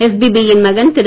SPB யின் மகன் திரு